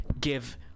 give